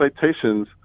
citations